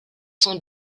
sont